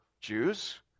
Jews